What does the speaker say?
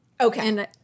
Okay